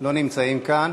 לא נמצאים כאן.